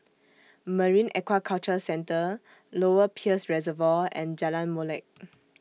Marine Aquaculture Centre Lower Peirce Reservoir and Jalan Molek